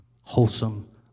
Wholesome